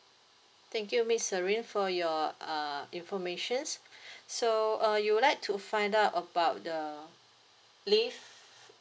thank you miss serine for your uh informations so uh you would like to find out about the leave